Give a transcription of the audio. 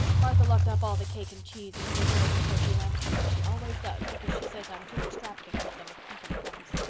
martha locked up all the cake and cheese and preserves afore she went. she always does, because she says i'm too extravagant with them if company comes.